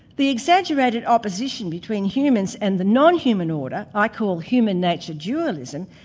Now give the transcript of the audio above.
the exaggerated opposition between humans and the non-human order, i call human nature dualism,